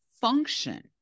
function